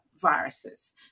viruses